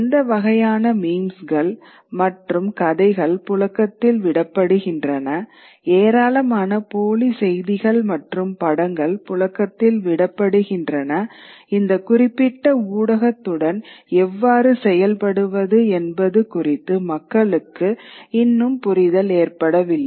எந்த வகையான மீம்ஸ்கள் மற்றும் கதைகள் புழக்கத்தில் விடப்படுகின்றன ஏராளமான போலி செய்திகள் மற்றும் படங்கள் புழக்கத்தில் விடப்படுகின்றன இந்த குறிப்பிட்ட ஊடகத்துடன் எவ்வாறு செயல்படுவது என்பது குறித்து மக்களுக்கு இன்னும் புரிதல் ஏற்படவில்லை